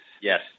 yes